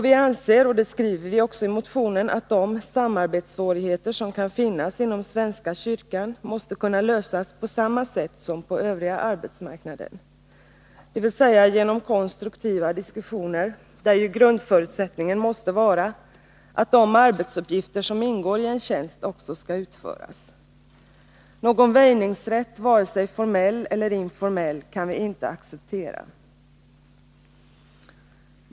Vianser, som vi också skriver i motionen, att de samarbetssvårigheter som kan finnas inom svenska kyrkan måste kunna lösas på samma sätt som på den övriga arbetsmarknaden, dvs. genom konstruktiva diskussioner, där grundförutsättningen måste vara att de arbetsuppgifter som ingår i en tjänst också skall utföras. Någon väjningsrätt, vare sig formell eller informell, kan vi inte acceptera.